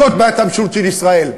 זאת בעיית המשילות של ישראל.